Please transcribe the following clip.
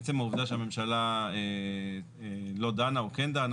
עצם העובדה שהממשלה לא דנה או כן דנה